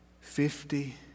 Fifty